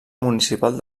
municipal